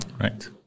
Right